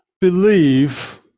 believe